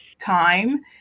time